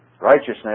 righteousness